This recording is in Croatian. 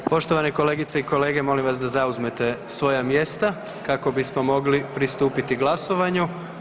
Poštovane kolegice i kolege, molim vas da zauzmete svoja mjesta kako bismo mogli pristupiti glasovanju.